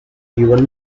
even